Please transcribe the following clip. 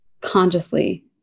consciously